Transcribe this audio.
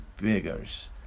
beggars